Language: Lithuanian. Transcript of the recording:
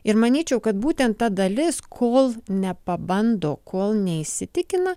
ir manyčiau kad būtent ta dalis kol nepabando kol neįsitikina